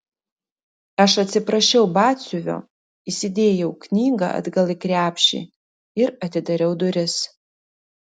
aš atsiprašiau batsiuvio įsidėjau knygą atgal į krepšį ir atidariau duris